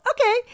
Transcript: Okay